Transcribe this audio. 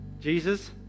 Jesus